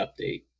update